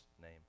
name